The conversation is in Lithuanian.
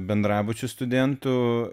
bendrabučių studentų